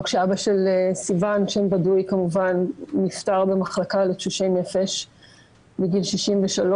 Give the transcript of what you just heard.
לא כשאבא של סיון שם בדוי כמובן נפטר במחלקה לתשושי נפש בגיל 63,